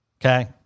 Okay